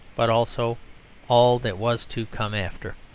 but also all that was to come after.